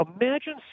Imagine